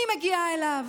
אני מגיעה אליו